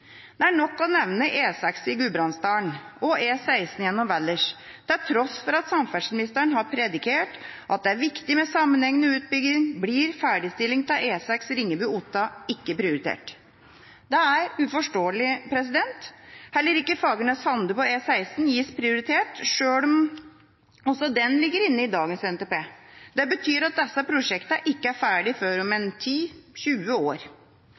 Det er nok å nevne E6 i Gudbrandsdalen og E16 gjennom Valdres. Til tross for at samferdselsministeren har prediket at det er viktig med sammenhengende utbygging, blir ferdigstilling av E6 Ringebu–Otta ikke prioritert. Det er uforståelig! Heller ikke Fagernes–Hande på E16 gis prioritet, selv om også den ligger inne i dagens NTP. Det betyr at disse prosjektene ikke er ferdig før om 10–20 år,